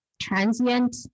transient